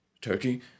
Turkey